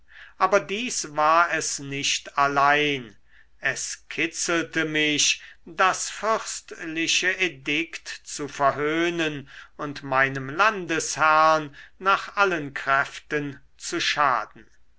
aber dies war es nicht allein es kitzelte mich das fürstliche edikt zu verhöhnen und meinem landesherrn nach allen kräften zu schaden